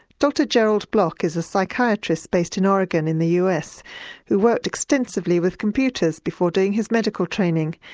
dr jerald block is a psychiatrist based in oregon in the us who worked extensively with computers before doing his medical training,